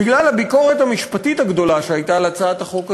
בגלל הביקורת המשפטית הגדולה שהייתה על הצעת החוק הזו,